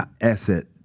asset